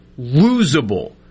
losable